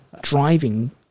driving